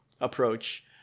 approach